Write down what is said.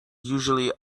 usually